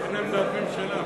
חבר הכנסת